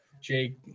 jake